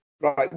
Right